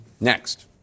next